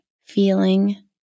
feeling